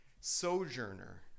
sojourner